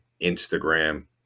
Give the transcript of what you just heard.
Instagram